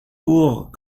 courent